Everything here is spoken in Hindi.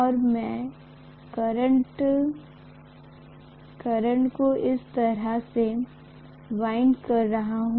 और मैं कंडक्टर को इस तरह से वाइन्ड कर रहा हूं